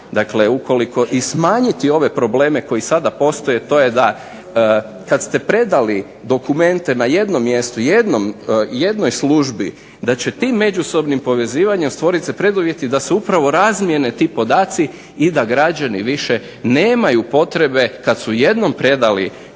poslovanje i smanjiti ove probleme koji sada postoje. To je da kad ste predali dokumente na jednom mjestu, jednoj službi, da će tim međusobnim povezivanjem stvorit se preduvjeti da se upravo razmijene ti podaci i da građani više nemaju potrebe kad su jednom predali dokument